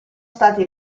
stati